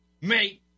mate